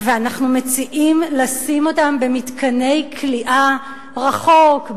ואנחנו מציעים לשים אותם במתקני כליאה רחוק,